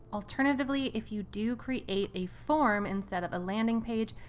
alternatively, if you do create a form instead of a landing page,